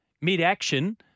mid-action